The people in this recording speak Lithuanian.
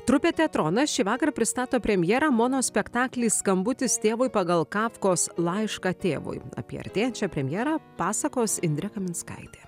trupė teatronas šįvakar pristato premjerą monospektaklį skambutis tėvui pagal kafkos laišką tėvui apie artėjančią premjerą pasakos indrė kaminskaitė